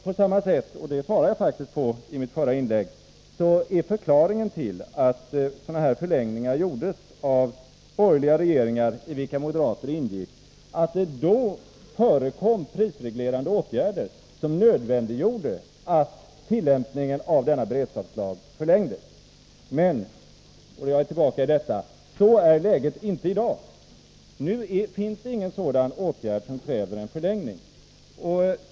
På samma sätt, och det svarade jag faktiskt på i mitt förra inlägg, är förklaringen till att sådana förlängningar gjordes av borgerliga regeringar i vilka moderater ingick, att det då förekom prisreglerande åtgärder som nödvändiggjorde att tillämpningen av denna beredskapslag förlängdes. Men, och jag återkommer till detta, så är läget inte i dag. Nu föreligger inga åtgärder som kräver en förlängning.